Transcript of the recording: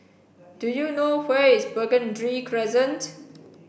do you know where is Burgundy Crescent